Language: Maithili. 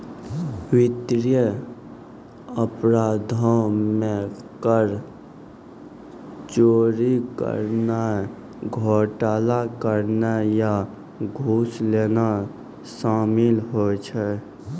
वित्तीय अपराधो मे कर चोरी करनाय, घोटाला करनाय या घूस लेनाय शामिल होय छै